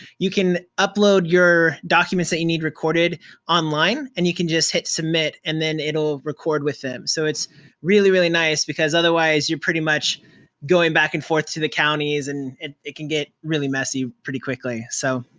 you can upload your documents that you need recorded online and you can just hit submit and then it'll record with them, so it's really, really nice because, otherwise, you're pretty much going back and forth to the counties and it it can get really messy, pretty quickly. so,